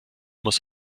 muss